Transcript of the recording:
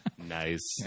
Nice